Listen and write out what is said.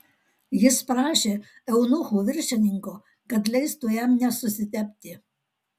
jis prašė eunuchų viršininko kad leistų jam nesusitepti